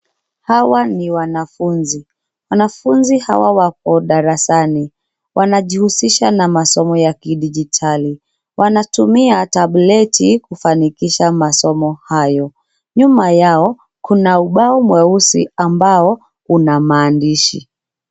Hawa ni wanafunzi, wanafunzi hawa wako darasani. Wanajihusisha na masomo ya kidijitali. Wanatumia tableti kufanikisha masomo hayo. Nyuma yao kuna ubao mweusi ambao una maandishi.